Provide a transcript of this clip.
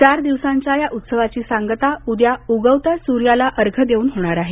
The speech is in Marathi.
चार दिवसांच्या या उत्सवाची सांगता उद्या उगवत्या सूर्याला अर्घ्य देऊन होणार आहे